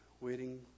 waiting